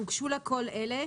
" (2)הוגשו לה כל אלה,